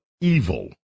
evil